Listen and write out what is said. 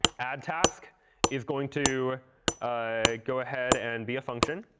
addtask is going to go ahead and be a function.